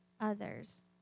others